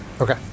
Okay